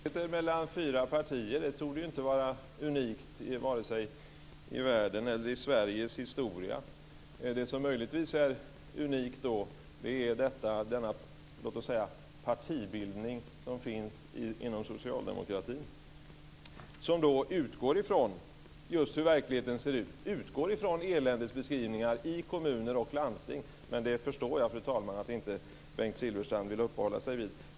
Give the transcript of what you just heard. Fru talman! Att det finns olikheter mellan fyra partier torde inte vara unikt vare sig i världens eller i Sveriges historia. Det som möjligtvis är unikt är den partibildning som finns inom socialdemokratin. Man utgår då just från hur verkligheten ser ut, från eländesbeskrivningar i kommuner och landsting. Men det, fru talman, förstår jag att inte Bengt Silfverstrand vill uppehålla sig vid.